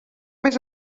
més